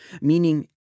meaning